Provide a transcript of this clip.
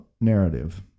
narrative